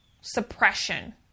suppression